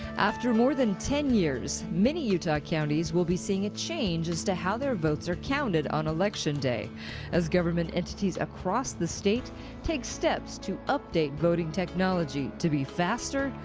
after more than ten years many utah counties will be seeing a change to how their votes are counted on election day as government entities across the state take steps to update voting technology to be faster,